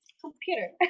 computer